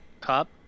Cop